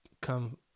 come